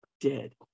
dead